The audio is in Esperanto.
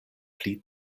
pli